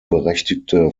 berechtigte